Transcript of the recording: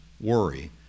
worry